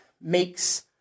makes